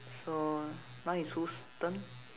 so now is whose turn